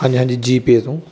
ਹਾਂਜੀ ਹਾਂਜੀ ਜੀਪੇ ਤੋਂ